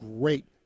great